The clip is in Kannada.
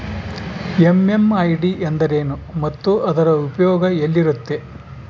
ಎಂ.ಎಂ.ಐ.ಡಿ ಎಂದರೇನು ಮತ್ತು ಅದರ ಉಪಯೋಗ ಎಲ್ಲಿರುತ್ತೆ?